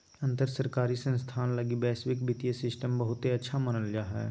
अंतर सरकारी संस्थान लगी वैश्विक वित्तीय सिस्टम बहुते अच्छा मानल जा हय